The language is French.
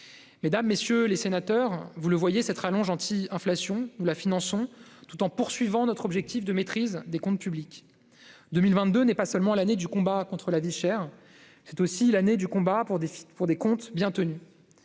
mesdames, messieurs les sénateurs, cette rallonge anti-inflation, nous la finançons tout en poursuivant notre objectif de maîtrise des comptes publics. Ainsi, 2022 n'est pas seulement l'année du combat contre la vie chère, c'est aussi l'année du combat pour des comptes bien tenus.